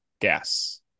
gas